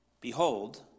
behold